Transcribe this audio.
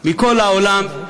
מכל העולם,